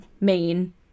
main